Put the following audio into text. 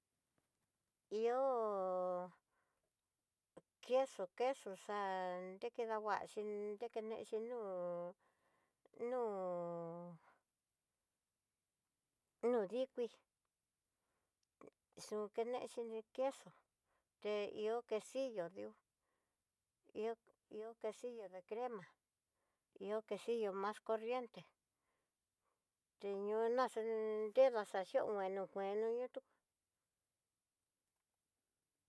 Ihó queso queso xan dekedanguaxi dekenenxi nu'ú nu'u nu dikui xun kinexhi nú'u queso, te ihó quesillo ihó, ihó quesillo de crema, ihó quesillo mas corriente, ti ño naxon tedaxa une kueno ñó'o tú.